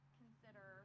consider